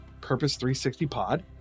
purpose360pod